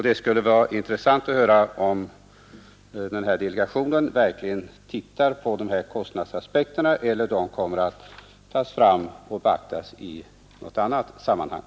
Det skulle vara intressant att höra om delegationen verkligen tittar på kostnadsaspekterna eller om dessa kommer att beaktas i något annat sammanhang.